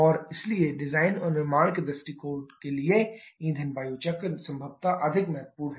और इसलिए डिजाइन और निर्माण के दृष्टिकोण के लिए ईंधन वायु चक्र संभवतः अधिक महत्वपूर्ण है